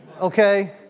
Okay